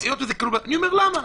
למה?